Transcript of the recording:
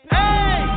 Hey